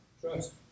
Trust